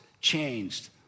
changed